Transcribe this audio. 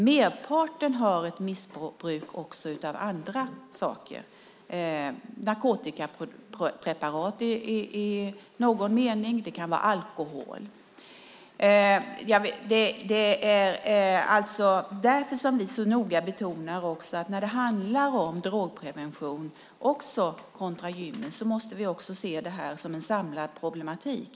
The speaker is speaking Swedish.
Merparten har ett missbruk också av andra saker. Det kan vara narkotikapreparat i någon mening eller alkohol. Det är därför vi så noga betonar att när det handlar om drogprevention kontra gymmen måste vi se detta som en samlad problematik.